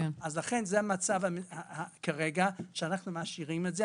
כרגע אנחנו משאירים את זה,